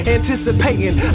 anticipating